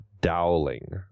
Dowling